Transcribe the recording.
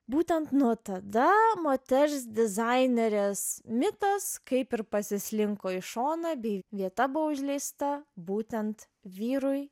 būtent nuo tada moters dizainerės mitas kaip ir pasislinko į šoną bei vieta buvo užleista būtent vyrui